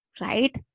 Right